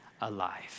alive